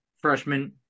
freshman